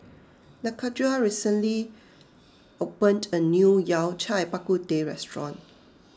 Lakendra recently opened a new Yao Cai Bak Kut Teh restaurant